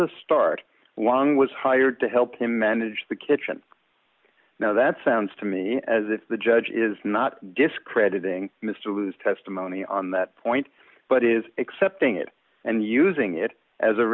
the start one was hired to help him manage the kitchen now that sounds to me as if the judge is not discrediting mr lou's testimony on that point but is accepting it and using it as a